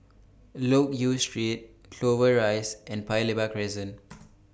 Loke Yew Street Clover Rise and Paya Lebar Crescent